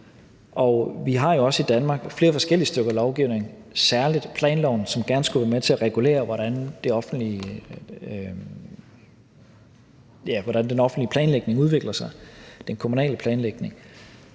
Vi har jo også i Danmark flere forskellige stykker lovgivning, særlig planloven, som gerne skulle være med til at regulere, hvordan den offentlige, den kommunale planlægning